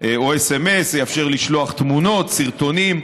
או סמ"ס, זה יאפשר לשלוח תמונות, סרטונים,